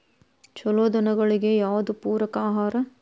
ಛಲೋ ದನಗಳಿಗೆ ಯಾವ್ದು ಪೂರಕ ಆಹಾರ?